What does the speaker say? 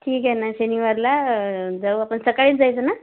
ठीक आहे ना शनिवारला जाऊ आपण सकाळीच जायचं ना